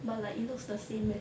but like it looks the same eh